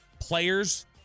players